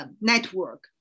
Network